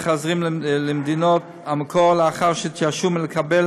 וחוזרים למדינות המקור לאחר שהתייאשו מלקבל